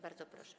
Bardzo proszę.